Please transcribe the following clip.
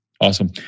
Awesome